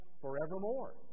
forevermore